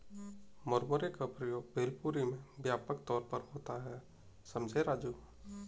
मुरमुरे का प्रयोग भेलपुरी में व्यापक तौर पर होता है समझे राजू